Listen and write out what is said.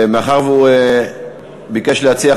מאחר שהוא ביקש להסיר,